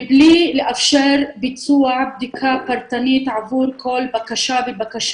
תרבותי, משפחתי, כלכלי עם התושבים בגדה.